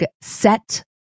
set